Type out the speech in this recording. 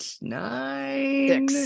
nine